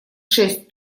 шесть